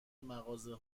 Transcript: مغازه